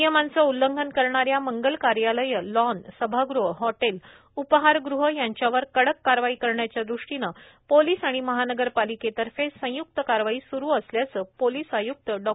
नियमांच उल्लघंन करणाऱ्या मंगलकार्यालय लॉन सभागृह हॉटेल उपहारगृह यांच्यावर कडक कारवाई करण्याच्या दृष्टीने पोलीस आणि महानगरपालिकेतर्फे संयुक्त कारवाई सुरु असल्याचे पोलीस आयुक्त डॉ